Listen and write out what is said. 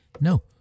No